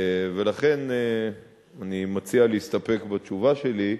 ולכן אני מציע להסתפק בתשובה שלי.